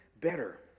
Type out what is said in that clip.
better